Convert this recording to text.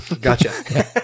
Gotcha